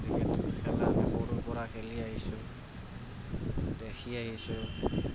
cricket খেলা সৰুৰ পৰা খেলি আহিছোঁ দেখি আহিছোঁ